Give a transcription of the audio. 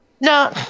no